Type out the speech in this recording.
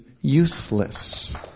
useless